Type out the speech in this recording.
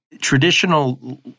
traditional